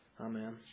Amen